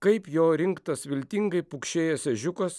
kaip jo rinktas viltingai pukšėjęs ežiukas